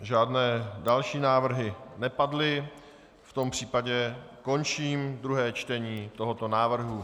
Žádné další návrhy nepadly, v tom případě končím druhé čtení tohoto návrhu.